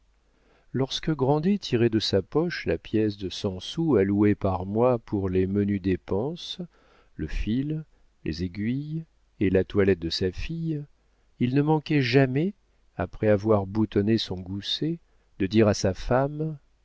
lorsque grandet tirait de sa poche la pièce de cent sous allouée par mois pour les menues dépenses le fil les aiguilles et la toilette de sa fille il ne manquait jamais après avoir boutonné son gousset de dire à sa femme